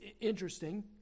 interesting